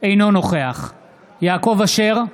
אינו נוכח יעקב אשר,